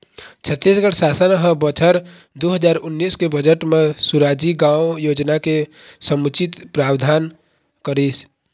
छत्तीसगढ़ सासन ह बछर दू हजार उन्नीस के बजट म सुराजी गाँव योजना के समुचित प्रावधान करिस